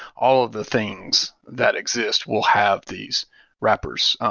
all of the things that exist will have these wrappers.